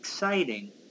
Exciting